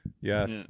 Yes